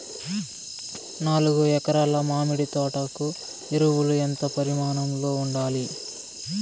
నాలుగు ఎకరా ల మామిడి తోట కు ఎరువులు ఎంత పరిమాణం లో ఉండాలి?